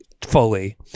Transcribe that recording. fully